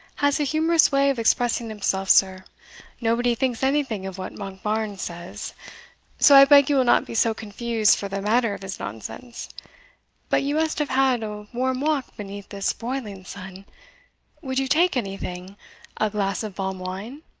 has a humorous way of expressing himself, sir nobody thinks anything of what monkbarns says so i beg you will not be so confused for the matter of his nonsense but you must have had a warm walk beneath this broiling sun would you take anything a glass of balm-wine?